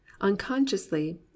Unconsciously